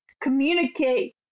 communicate